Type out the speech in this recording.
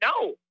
No